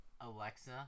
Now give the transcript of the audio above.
Alexa